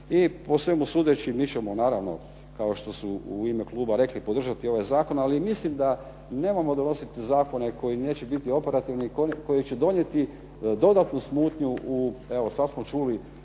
I po svemu sudeći mi ćemo naravno kao što su rekli u ime kluba, podržati ovaj zakon. Ali mislim da nemojmo donositi zakone koji neće biti operativni, koji će donijeti dodatnu smutnju u slavonske,